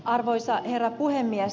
arvoisa herra puhemies